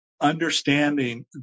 understanding